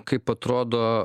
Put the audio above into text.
kaip atrodo